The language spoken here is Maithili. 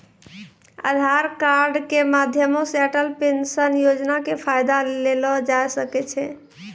आधार कार्ड के माध्यमो से अटल पेंशन योजना के फायदा लेलो जाय सकै छै